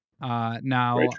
Now